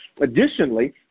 Additionally